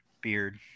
Beard